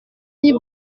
mis